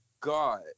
God